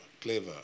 Clever